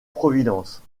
providence